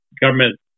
government